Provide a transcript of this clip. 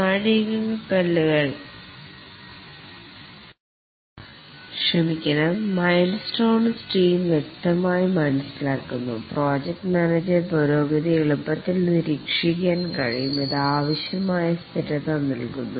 milestones team വ്യക്തമായി മനസ്സിലാക്കുന്നു project manager പുരോഗതി എളുപ്പത്തിൽ നിരീക്ഷിക്കാൻ കഴിയും ഇത് ആവശ്യമായ സ്ഥിരത നൽകുന്നു